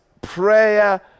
Prayer